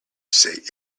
say